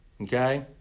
Okay